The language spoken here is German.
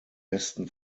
besten